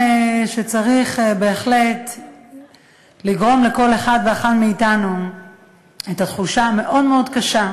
שצריך לגרום לכל אחד ואחת מאתנו את התחושה המאוד מאוד הקשה